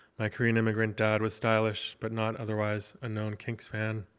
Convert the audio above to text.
my korean immigrant dad was stylish but not otherwise a known kinks fan,